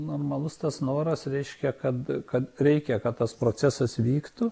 normalus tas noras reiškia kad kad reikia kad tas procesas vyktų